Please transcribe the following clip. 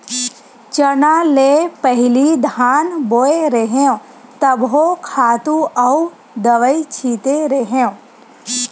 चना ले पहिली धान बोय रेहेव तभो खातू अउ दवई छिते रेहेव